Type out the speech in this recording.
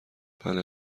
بله